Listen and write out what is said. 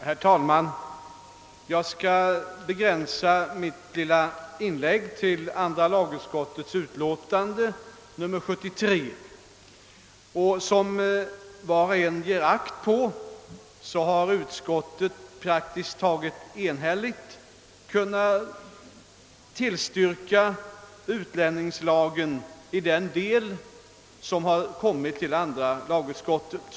Herr talman! Jag skall begränsa mitt lilla inlägg till andra lagutskottets utiåtande nr 73. Som bekant har utskottet praktiskt taget enhälligt kunnat tillstyrka förslaget om ändring i utlänningslagen i den del som hänvisats till andra lagutskottet.